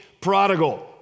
prodigal